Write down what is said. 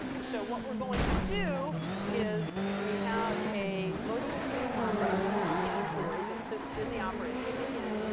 so what we're going to do is we have a loadable kernel module called camquery that sits in the operating system.